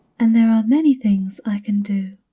and there are many things i can do.